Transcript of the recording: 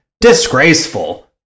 disgraceful